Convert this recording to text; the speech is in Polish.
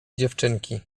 dziewczynki